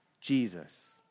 Jesus